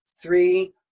three